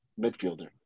midfielder